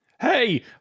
Hey